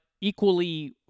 equally